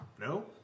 No